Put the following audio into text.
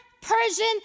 persian